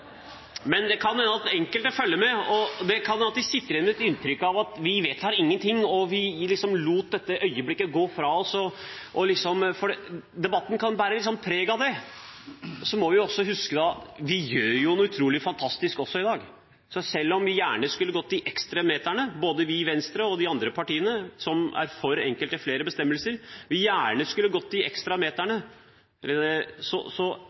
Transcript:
Men det kan hende at enkelte følger med, og det kan hende de sitter igjen med et inntrykk av at vi vedtar ingenting, og at vi lot dette øyeblikket gå fra oss. Debatten kan bære litt preg av det. Så må vi huske at vi også gjør noe utrolig fantastisk i dag. Selv om vi gjerne skulle gått de ekstra meterne, både vi i Venstre og de andre partiene, som er for enkelte flere bestemmelser, er det mye fantastisk som kommer til å bli vedtatt – det være seg retten til liv eller mange av de sivile og politiske rettighetene. Bare det